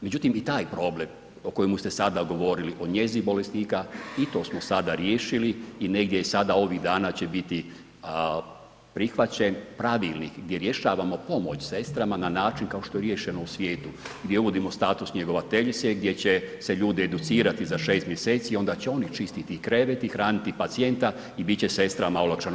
Međutim i taj problem o kojemu ste sada govorili, o njezi bolesnika i to smo sada riješili i negdje je sada ovih dana će biti prihvaćen pravilnik gdje rješavamo pomoć sestrama na način kao što je riješeno u svijetu, gdje uvodimo status njegovateljice, gdje će se ljudi educirati za 6 mjeseci, onda će oni čistiti krevet i hraniti pacijenta i bit će sestrama olakšano.